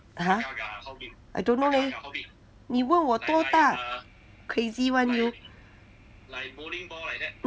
!huh! I don't know leh 你问我多大 crazy [one] you